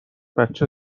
بچه